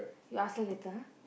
you ask her later ah